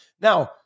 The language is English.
Now